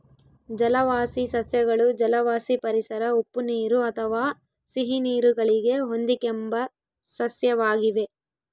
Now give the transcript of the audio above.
ಜಲವಾಸಿ ಸಸ್ಯಗಳು ಜಲವಾಸಿ ಪರಿಸರ ಉಪ್ಪುನೀರು ಅಥವಾ ಸಿಹಿನೀರು ಗಳಿಗೆ ಹೊಂದಿಕೆಂಬ ಸಸ್ಯವಾಗಿವೆ